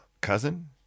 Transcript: cousin